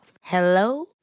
Hello